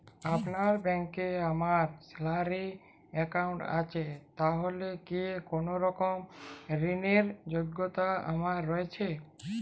আপনার ব্যাংকে আমার স্যালারি অ্যাকাউন্ট আছে তাহলে কি কোনরকম ঋণ র যোগ্যতা আমার রয়েছে?